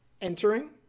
Entering